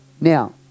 Now